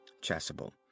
chasuble